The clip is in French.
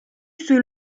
sous